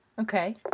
Okay